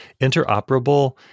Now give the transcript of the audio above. interoperable